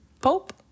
Pope